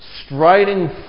striding